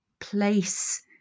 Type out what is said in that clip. place